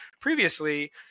previously